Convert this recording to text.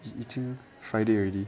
已近 friday already